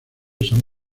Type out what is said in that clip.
son